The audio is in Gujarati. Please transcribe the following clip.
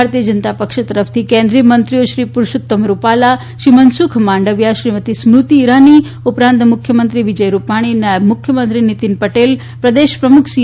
ભારતીય જનતા પક્ષ તરફથી કેન્દ્રિય મંત્રીઓશ્રી પુરૂષોત્તમ રૂપાલા શ્રી મનસુખ માંડવિયા શ્રીમતી સ્મૃતિ ઇરાની ઉપરાંત મુખ્યમંત્રી વિજય રૂપાણી નાયબ મુખ્યમંત્રી નિતીન પટેલ પ્રદેશ પ્રમુખ સી